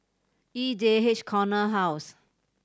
E J H Corner House